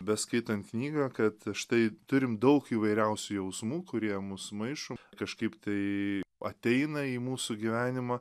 beskaitant knygą kad štai turim daug įvairiausių jausmų kurie mus maišo kažkaip tai ateina į mūsų gyvenimą